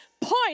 point